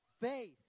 Faith